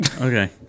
Okay